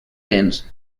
dents